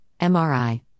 MRI